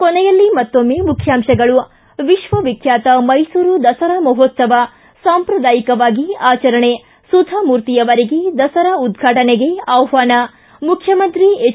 ಕೊನೆಯಲ್ಲಿ ಮತ್ತೊಮ್ಮೆ ಮುಖ್ಯಾಂಶಗಳು ವಿಶ್ವ ವಿಖ್ಯಾತ ಮೈಸೂರು ದಸರಾ ಮಹೋತ್ತವ ಸಂಪ್ರದಾಯಿಕವಾಗಿ ಆಚರಣೆ ಸುಧಾ ಮೂರ್ತಿ ಅವರಿಗೆ ದಸರಾ ಉದ್ಘಾಟನೆಗೆ ಆಹ್ವಾನ ಮುಖ್ಯಮಂತ್ರಿ ಹೆಚ್